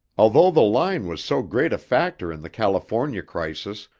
although the line was so great a factor in the california crisis,